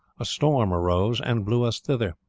a storm arose and blew us hither.